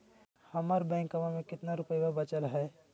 हमर बैंकवा में कितना रूपयवा बचल हई?